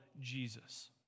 Jesus